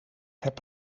heb